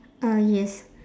uh yes